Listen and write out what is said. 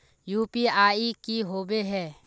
UPI की होबे है?